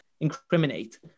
incriminate